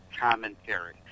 commentary